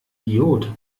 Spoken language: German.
iod